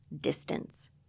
distance